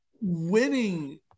winning